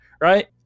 Right